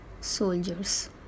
soldiers